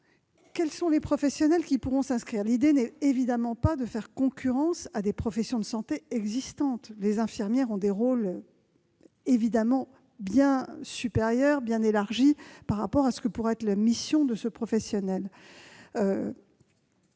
Quels sont les professionnels qui pourront s'inscrire ? L'idée n'est évidemment pas de faire concurrence à des professions de santé existantes. Les infirmières ont des rôles évidemment bien supérieurs, bien plus larges que ce que pourrait être la mission des assistants